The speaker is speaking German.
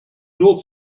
nur